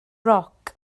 roc